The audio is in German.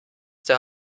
der